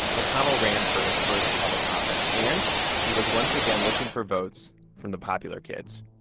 mcconnell ran for his first public office, and he was once again looking for votes from the popular kids.